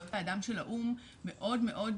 זכויות האדם של האו"ם מאוד מאוד